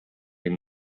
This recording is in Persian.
این